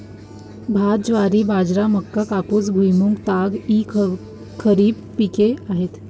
भात, ज्वारी, बाजरी, मका, कापूस, भुईमूग, ताग इ खरीप पिके आहेत